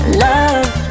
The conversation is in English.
love